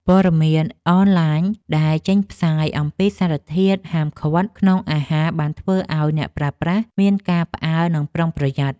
ព័ត៌មានអនឡាញដែលចេញផ្សាយអំពីសារធាតុហាមឃាត់ក្នុងអាហារបានធ្វើឱ្យអ្នកប្រើប្រាស់មានការផ្អើលនិងប្រុងប្រយ័ត្ន។